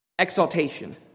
Exaltation